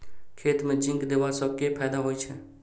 खेत मे जिंक देबा सँ केँ फायदा होइ छैय?